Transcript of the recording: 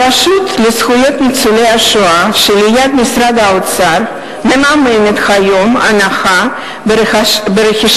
הרשות לזכויות ניצולי השואה שליד משרד האוצר מממנת היום הנחה ברכישת